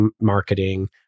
marketing